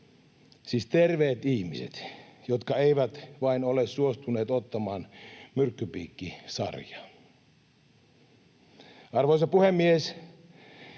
Siis terveet ihmiset, jotka eivät vain ole suostuneet ottamaan myrkkypiikkisarjaa. Arvoisa puhemies!